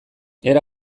era